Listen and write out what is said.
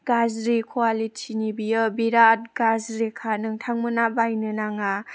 गाज्रि कुवालिटिनि बियो बिराद गाज्रिखा नोंथांमोना बायनो नाङा